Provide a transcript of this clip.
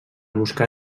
buscar